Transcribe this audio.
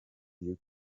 you